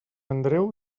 andreu